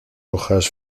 hojas